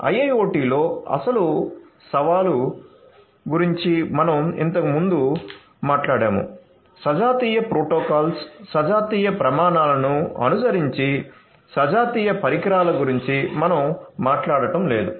IIoT లో అసలు సవాలు గురించి మనం ఇంతకుముందు మాట్లాడాము సజాతీయ ప్రోటోకాల్స్ సజాతీయ ప్రమాణాలను అనుసరించి సజాతీయ పరికరాల గురించి మనం మాట్లాడటం లేదు